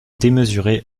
démesurée